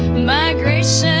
migration,